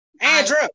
Andrew